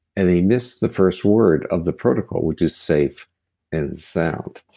and they miss the first word of the protocol, which is safe and sound.